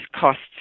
costs